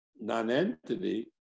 non-entity